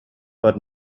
but